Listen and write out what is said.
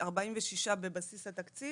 46 בבסיס התקציב,